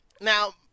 Now